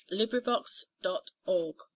LibriVox.org